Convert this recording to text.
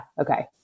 Okay